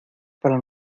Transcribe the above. para